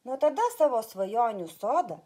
nuo tada savo svajonių sodą